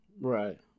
Right